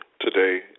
today